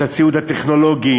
את הציוד הטכנולוגי,